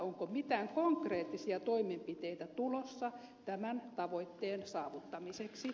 onko mitään konkreettisia toimenpiteitä tulossa tämän tavoitteen saavuttamiseksi